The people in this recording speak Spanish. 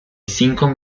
cinco